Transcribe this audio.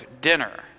dinner